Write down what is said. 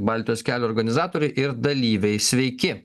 baltijos kelio organizatoriai ir dalyviai sveiki